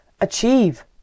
achieve